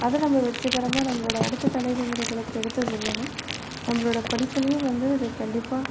அதை நம்ம வெற்றிகரமாக நம்மளோடய அடுத்த தலைமுறைகளுக்கு எடுத்து சொல்லணும் நம்மளோட படிப்புலேயும் வந்து அது கண்டிப்பாக